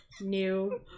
New